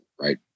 Right